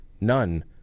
none